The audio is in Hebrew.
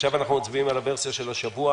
עכשיו אנחנו מצביעים על הוורסיה של השבוע.